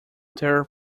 their